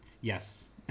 Yes